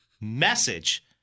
message